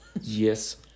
Yes